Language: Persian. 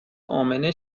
امنه